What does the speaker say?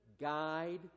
guide